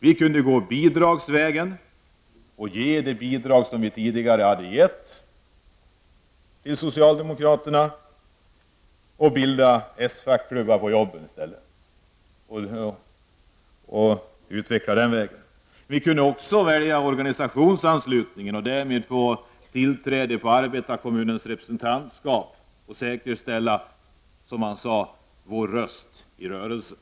Vi kunde på samma sätt som tidigare ge ett bidrag till socialdemokraterna och bilda socialdemokratiska fackklubbar på jobbet. Vi kunde också välja organisationsanslutningsformen och därmed få tillträde till arbetarkommunens representantskap samt säkerställa, som han sade, vår röst i rörelsen.